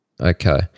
Okay